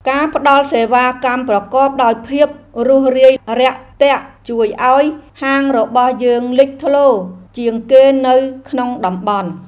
ការផ្តល់សេវាកម្មប្រកបដោយភាពរួសរាយរាក់ទាក់ជួយឱ្យហាងរបស់យើងលេចធ្លោជាងគេនៅក្នុងតំបន់។